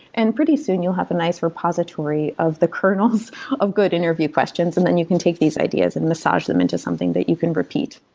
and pretty soon, you'll have a nice repository of the kernels of good interview questions, and then you can take these ideas and massage them into something that you can repeat